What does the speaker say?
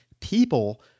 people